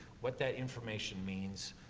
what that information means,